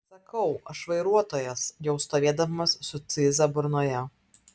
sakau aš vairuotojas jau stovėdamas su cyza burnoje